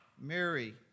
Mary